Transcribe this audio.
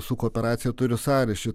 su kooperacija turi sąryšių